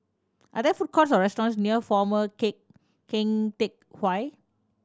are there food courts or restaurants near Former Keng Teck Whay